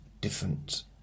different